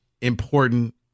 important